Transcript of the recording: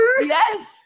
Yes